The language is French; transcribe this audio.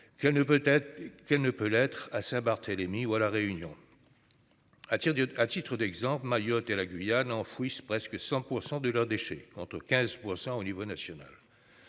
qu'elle ne peut l'être à Saint-Barthélemy, où à la Réunion. À d'iode à titre d'exemple Mayotte et la Guyane enfouissent presque 100% de leurs déchets entre 15% au niveau national.